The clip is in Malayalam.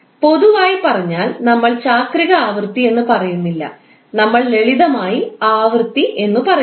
പൊതുവായി പറഞ്ഞാൽ നമ്മൾ ചാക്രിക ആവൃത്തി എന്ന് പറയുന്നില്ല നമ്മൾ ലളിതമായി ആവൃത്തി എന്നു പറയുന്നു